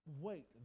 Wait